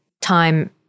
time